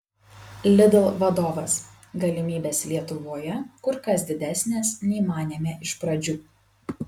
lidl vadovas galimybės lietuvoje kur kas didesnės nei manėme iš pradžių